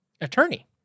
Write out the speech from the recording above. attorney